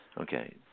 Okay